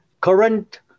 Current